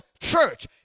church